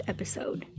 Episode